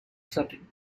setting